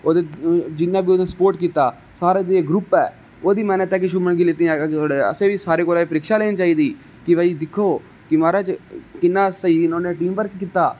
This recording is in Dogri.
ओहदे जिन्ने बी ओहदा स्पोट कीता सारे दा इक ग्रुप एहदी मैहनत है कि शुभमन गिल इन्नी अग्गे बधेआ आसेंबी सारें कोला परिक्षा लैनी चाहिदी कि भाई दिक्खो कि महाराज किन्ना स्हेई उनें टीम बर्क कीता